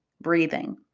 breathing